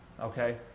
okay